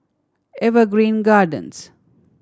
Evergreen Gardens